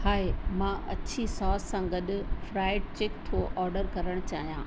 हाय मां अछी सॉस सां गॾु फ्राइड चिक थो ऑडर करणु चाहियां